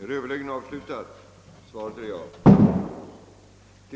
Herr talman! En kommitté bestående av kommunalmän